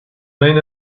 main